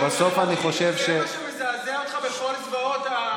זה מה שמזעזע אותך בכל הזוועות שפוקדות אותנו עכשיו?